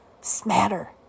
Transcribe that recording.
Smatter